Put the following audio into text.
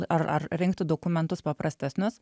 ar ar rengti dokumentus paprastesnius